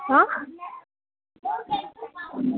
हँ